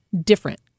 different